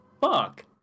fuck